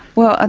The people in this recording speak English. well,